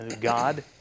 God